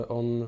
on